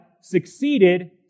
succeeded